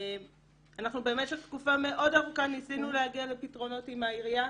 אנחנו במשך תקופה מאוד ארוכה ניסינו להגיע לפתרונות עם העירייה,